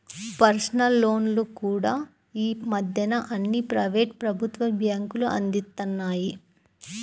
personal లోన్లు కూడా యీ మద్దెన అన్ని ప్రైవేటు, ప్రభుత్వ బ్యేంకులూ అందిత్తన్నాయి